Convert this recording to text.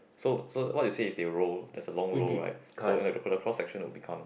so so what you say is they roll there's a long roll right so end the chocolate cross session will become